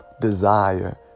desire